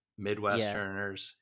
Midwesterners